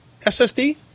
SSD